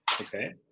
okay